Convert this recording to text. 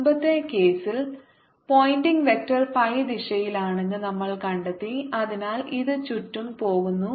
മുമ്പത്തെ കേസിൽ Poynting vector phi ദിശയിലാണെന്ന് നമ്മൾ കണ്ടെത്തി അതിനാൽ ഇത് ചുറ്റും പോകുന്നു